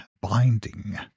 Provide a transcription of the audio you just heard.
binding